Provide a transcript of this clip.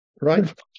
right